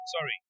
sorry